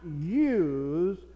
use